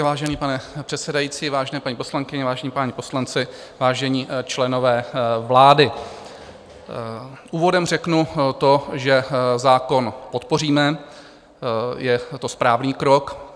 Vážený pane předsedající, vážené paní poslankyně, vážení páni poslanci, vážení členové vlády, úvodem řeknu, že zákon podpoříme, je to správný krok.